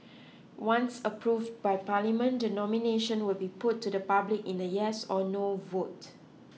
once approve by Parliament the nomination will be put to the public in the yes or no vote